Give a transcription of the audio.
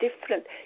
different